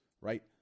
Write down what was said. right